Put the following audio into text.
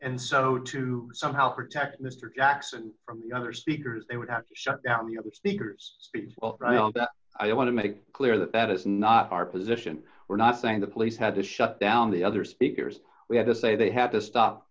and so to somehow protect mr jackson from the other speakers they would have to shut down the other speakers speech i want to make clear that that is not our position we're not saying the police had to shut down the other speakers we have to say they have to stop